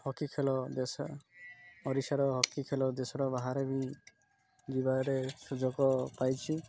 hockey ଖେଳ ଦେଶ ଓଡ଼ିଶାର ହକି ଖେଳ ଦେଶର ବାହାରେ ବି ଯିବାରେ ସୁଯୋଗ ପାଇଛିି